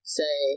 say